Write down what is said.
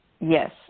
Yes